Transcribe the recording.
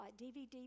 DVD